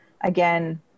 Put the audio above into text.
again